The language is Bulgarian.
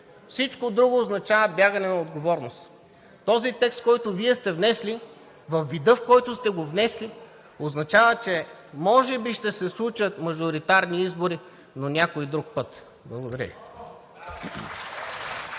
Всичко друго означава бягане от отговорност. Този текст, който Вие сте внесли във вида, в който сте го внесли, означава, че може би ще се случат мажоритарни избори, но някой друг път. Благодаря